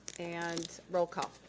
and roll call.